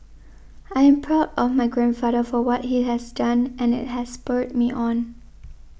I am proud of my grandfather for what he has done and it has spurred me on